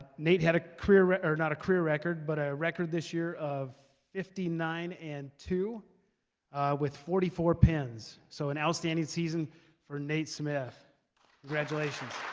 nate had a career not a career record, but a record this year of fifty nine and two with forty four pins, so an outstanding season for nate smith congratulations